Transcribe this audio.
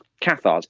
Cathars